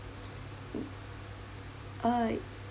mm uh